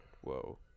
Whoa